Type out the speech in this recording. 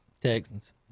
Texans